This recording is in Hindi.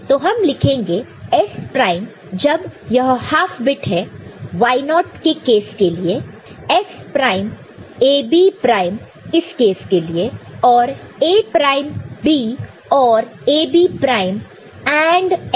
तो हम लिखेंगे S प्राइम जब यह हाफ बिट है Y0 के केस के लिए S प्राइम AB प्राइम इस केस लिए और A prime B OR AB prime AND S